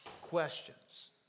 questions